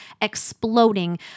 exploding